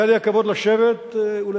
היה לי הכבוד לשבת ולהאזין,